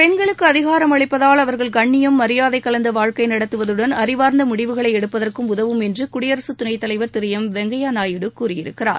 பெண்களுக்கு அதிகாரம் அளிப்பதால் அவர்கள் கண்ணியம் மரியாதை கலந்த வாழ்க்கை நடத்துவதுடன் அறிவார்ந்த முடிவுகளை எடுப்பதற்கும் உதவும் என்று குடியரசுத் துணைத்தலைவர் திரு எம் வெங்கையா நாயுடு கூறியிருக்கிறார்